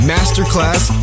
Masterclass